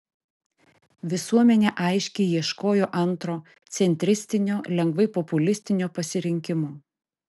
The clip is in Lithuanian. visuomenė aiškiai ieškojo antro centristinio lengvai populistinio pasirinkimo